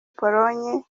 pologne